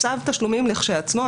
צו התשלומים לכשעצמו,